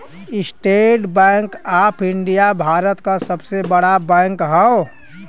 estate Bank of India Bharat क सबसे बड़ा बैंक हौ